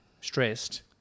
stressed